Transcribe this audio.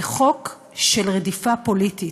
זה חוק של רדיפה פוליטית.